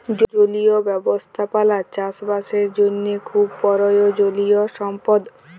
জলীয় ব্যবস্থাপালা চাষ বাসের জ্যনহে খুব পরয়োজলিয় সম্পদ